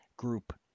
group